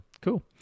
cool